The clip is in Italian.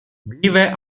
vive